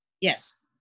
Yes